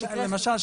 שאלו למשל,